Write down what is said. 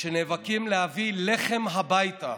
שנאבקים להביא לחם הביתה,